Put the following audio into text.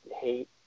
hate